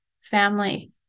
family